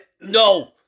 No